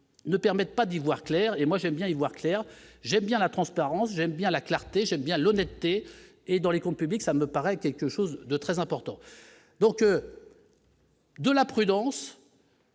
ne permettent pas d'y voir clair et moi j'aime bien y voir clair, j'aime bien la transparence, j'aime bien la clarté, j'aime bien l'honnêteté et dans les comptes publics, ça me paraît quelque chose de très important donc. De la prudence.